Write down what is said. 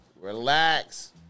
relax